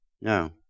No